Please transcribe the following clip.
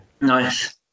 Nice